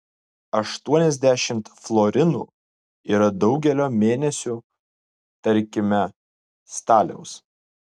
aštuoniasdešimt florinų yra daugelio mėnesių tarkime staliaus